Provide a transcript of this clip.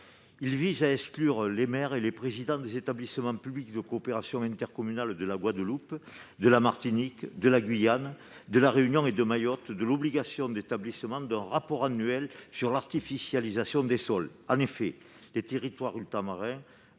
vise à exclure les maires et les présidents des établissements publics de coopération intercommunale de la Guadeloupe, de la Martinique, de la Guyane, de la Réunion et de Mayotte de l'obligation d'établissement d'un rapport annuel sur l'artificialisation des sols. En effet, les territoires ultramarins